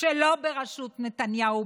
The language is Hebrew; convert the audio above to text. שלא בראשות נתניהו,